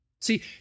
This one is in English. See